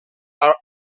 are